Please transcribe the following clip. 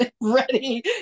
ready